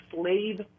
Slave